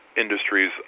industries